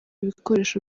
ibikoresho